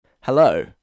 Hello